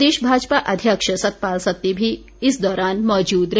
प्रदेश भाजपा अध्यक्ष सतपाल सत्ती भी इस दौरान मौजूद रहे